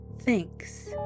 Thanks